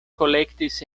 kolektis